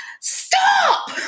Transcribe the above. stop